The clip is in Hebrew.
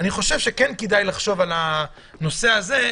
אני חושב שכן כדאי לחשוב על הנושא הזה,